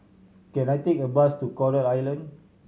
can I take a bus to Coral Island